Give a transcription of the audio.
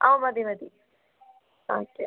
ആ മതി മതി ഓക്കെ